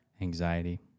Anxiety